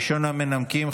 ראשון המנמקים,